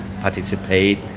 participate